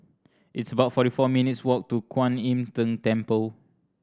it's about forty four minutes' walk to Kuan Im Tng Temple